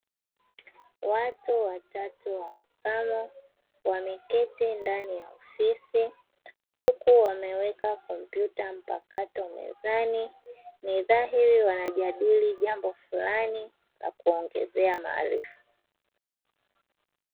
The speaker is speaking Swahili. Watu watatu wa makamo wameketi ndani ya ofisi huku wameweka kompyuta mpakato mezani ni dhahiri wanajadili jambo fulani la kuwaongezea maarifa.